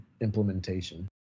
implementation